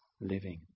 living